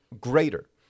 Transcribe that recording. greater